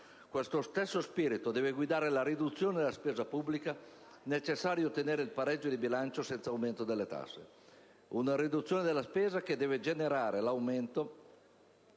Questo stesso spirito deve guidare la riduzione della spesa pubblica, necessaria a ottenere il pareggio di bilancio senza aumento delle tasse. Una riduzione della spesa che deve avere origine dall'aumento